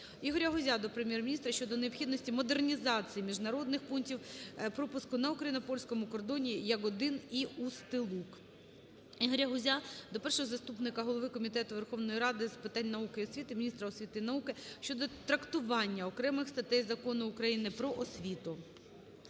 Ігоря Гузя до Прем'єр-міністра щодо необхідності модернізації міжнародних пунктів пропуску на україно-польському кордоні "Ягодин" і "Устилуг". ІгоряГузя до першого заступника голови Комітету Верховної Ради з питань науки і освіти, міністра освіти і науки щодо трактування окремих статей Закону України "Про освіту".